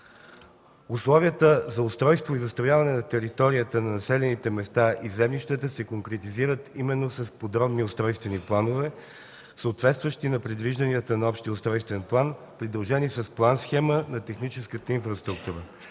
Условията за устройство и застрояване на територията на населените места и землищата се конкретизират с подробни устройствени планове, съответстващи на предвижданията на общия устройствен план, придружени с план-схема на техническата инфраструктура.